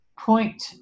point